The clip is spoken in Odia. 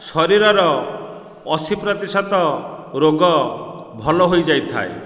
ଶରୀରର ଅଶୀ ପ୍ରତିଶତ ରୋଗ ଭଲ ହୋଇଯାଇଥାଏ